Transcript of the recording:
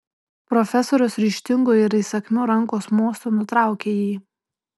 profesorius ryžtingu ir įsakmiu rankos mostu nutraukė jį